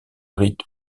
rite